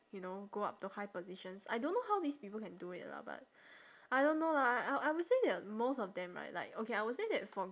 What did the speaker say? you know go up to high positions I don't know how these people can do it lah but I don't know lah I I will say that most of them right like okay I will say that for